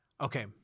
Okay